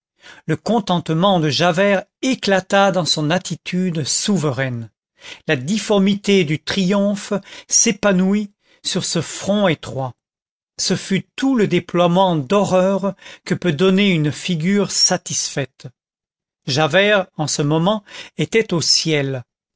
le contentement de javert éclata dans son attitude souveraine la difformité du triomphe s'épanouit sur ce front étroit ce fut tout le déploiement d'horreur que peut donner une figure satisfaite javert en ce moment était au ciel